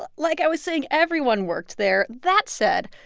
like i was saying, everyone worked there. that said,